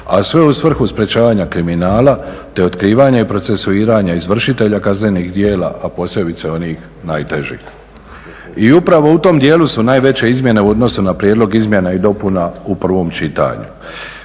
a sve u svrhu sprečavanja kriminala te otkrivanja i procesuiranja izvršitelja kaznenih djela, a posebice onih najtežih. I upravo u tom dijelu su najveće izmjene u odnosu na prijedlog izmjena i dopuna u prvom čitanju.